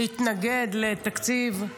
להתנגד לתקציב.